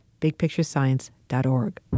bigpicturescience.org